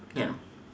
ya